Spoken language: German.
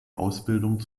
ausbildung